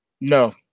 No